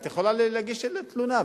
את יכולה להגיש תלונה,